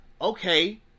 Okay